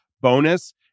bonus